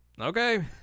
Okay